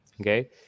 Okay